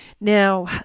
Now